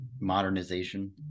Modernization